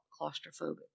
claustrophobic